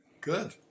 good